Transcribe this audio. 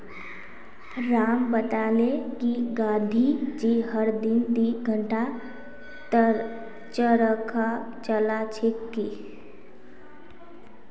राम बताले कि गांधी जी हर दिन दी घंटा चरखा चला छिल की